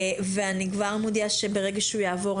אני כבר מודיעה שברגע שהוא יעבור,